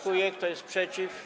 Kto jest przeciw?